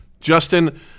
Justin